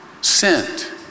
sent